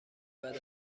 بعد